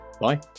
Bye